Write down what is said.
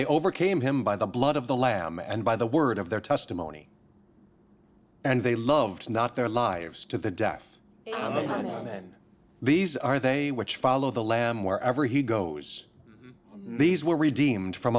they overcame him by the blood of the lamb and by the word of their testimony and they loved not their lives to the death of the men these are they which follow the lamb wherever he goes these were redeemed from